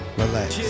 relax